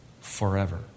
forever